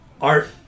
art